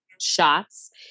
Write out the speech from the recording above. shots